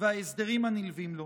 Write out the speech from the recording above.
וההסדרים הנלווים לו.